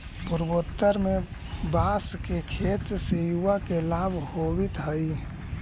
पूर्वोत्तर में बाँस के खेत से युवा के लाभ होवित हइ